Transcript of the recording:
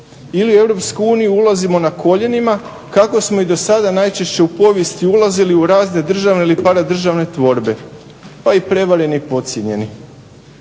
uniju ulazimo na koljenima kako smo i do sada najčešće u povijesti ulazili u razne državne ili paradržavne tvorbe. Pa i prevareni i podcijenjeni.